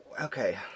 Okay